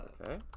Okay